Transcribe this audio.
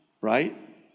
right